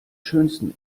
schönsten